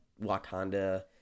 Wakanda